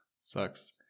sucks